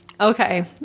okay